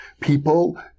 people